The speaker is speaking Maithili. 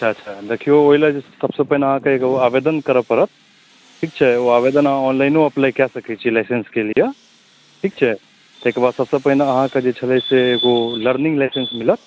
अच्छा अच्छा देखिऔ ओहिला जे सभसँ पहिने अहाँकेँ एगो आवेदन करै पड़त ठीक छै ओ आवेदन अहाँ ऑनलाइनो अप्लाई कै सकैत छियै लाइसेन्सके लिए ठीक छै ताहिके बाद सभसँ पहिने अहाँकेँ जे छलैया से एगो लर्निङ्ग लाइसेन्स मिलत